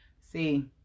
See